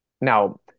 Now